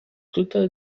clutha